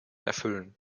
erfüllen